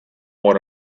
went